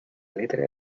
letra